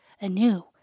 anew